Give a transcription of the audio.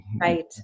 right